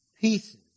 Pieces